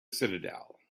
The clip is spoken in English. citadel